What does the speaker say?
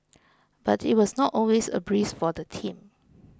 but it was not always a breeze for the team